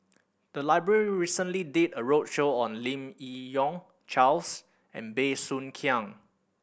the library recently did a roadshow on Lim Yi Yong Charles and Bey Soo Khiang